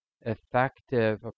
effective